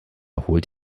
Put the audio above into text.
holt